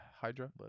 Hydra